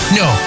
no